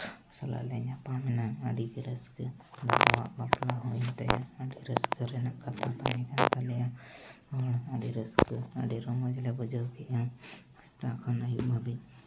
ᱦᱚᱞᱟ ᱞᱮ ᱧᱟᱯᱟᱢ ᱮᱱᱟ ᱟᱹᱰᱤᱜᱮ ᱨᱟᱹᱥᱠᱟᱹ ᱫᱟᱫᱟᱣᱟᱜ ᱵᱟᱯᱞᱟ ᱦᱩᱭᱮᱱ ᱛᱟᱭᱟ ᱟᱹᱰᱤ ᱨᱟᱥᱠᱟᱹ ᱨᱮᱱᱟᱜ ᱠᱟᱛᱷᱟ ᱛᱟᱦᱮᱸ ᱠᱟᱱ ᱛᱟᱞᱮᱭᱟ ᱟᱹᱰᱤ ᱨᱟᱹᱥᱠᱟᱹ ᱟᱹᱰᱤ ᱨᱚᱢᱚᱡᱽ ᱞᱮ ᱵᱩᱡᱷᱟᱹᱣ ᱠᱮᱫᱼᱟ ᱥᱮᱛᱟᱜ ᱠᱷᱚᱱ ᱟᱹᱭᱩᱵ ᱫᱷᱟᱹᱵᱤᱡ